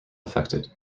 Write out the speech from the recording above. affected